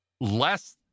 less